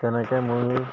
তেনেকৈ মই